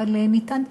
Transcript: אבל ניתן,